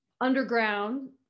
Underground